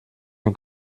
mir